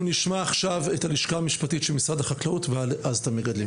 אנחנו נשמע עכשיו את הלשכה המשפטית של משרד החקלאות ואז את המגדלים,